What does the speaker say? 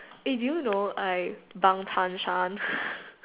eh do you know I